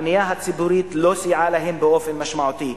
הבנייה הציבורית לא סייעה להם באופן משמעותי.